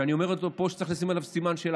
שאני אומר אותו פה וצריך לשים עליו סימן שאלה,